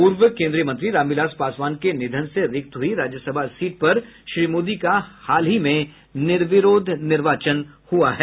पूर्व केन्द्रीय मंत्री रामविलास पासवान के निधन से रिक्त हुई राज्यसभा सीट पर श्री मोदी का हाल ही निर्विरोध निर्वाचन हुआ है